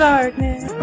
Darkness